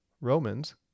Romans